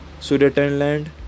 Sudetenland